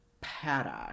Paddock